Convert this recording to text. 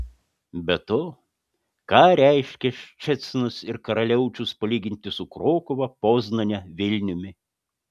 be to ką reiškia ščecinas ir karaliaučius palyginti su krokuva poznane vilniumi